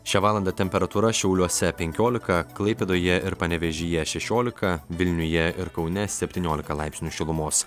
šią valandą temperatūra šiauliuose penkiolika klaipėdoje ir panevėžyje šešiolika vilniuje ir kaune septyniolika laipsnių šilumos